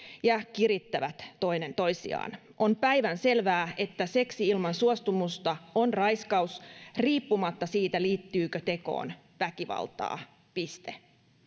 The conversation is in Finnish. ja kirittävät toinen toisiaan on päivänselvää että seksi ilman suostumusta on raiskaus riippumatta siitä liittyykö tekoon väkivaltaa piste